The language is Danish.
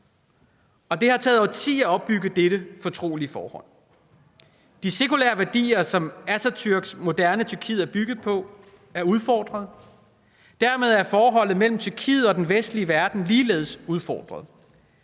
og det har taget årtier at opbygge dette fortrolige forhold. De sekulære værdier, som Atatürks moderne Tyrkiet er bygget på, er udfordret. Dermed er forholdet mellem Tyrkiet og den vestlige verden ligeledes udfordret.